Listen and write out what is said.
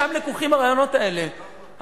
משם לקוחים הרעיונות האלה,